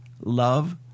love